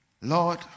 Lord